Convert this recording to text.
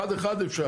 אחד-אחד אפשר.